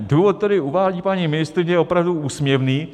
Důvod, který uvádí paní ministryně, je opravdu úsměvný.